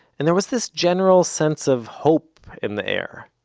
and there was this general sense of hope in the air.